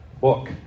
book